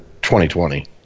2020